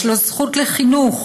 יש לו זכות לחינוך